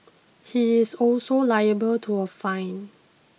he is also liable to a fine